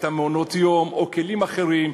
את מעונות-היום או כלים אחרים,